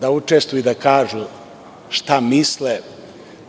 da učestvuju i da kažu šta misle